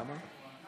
למה?